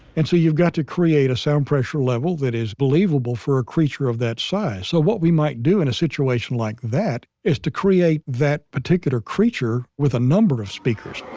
and so you've got to create a sound pressure level that is believable for a creature of that size. so what we might do in a situation like that is to create that particular creature, with a number of speakers